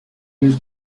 used